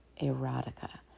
erotica